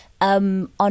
on